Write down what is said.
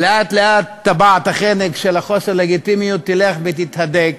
ולאט-לאט טבעת החנק של חוסר הלגיטימיות תלך ותתהדק,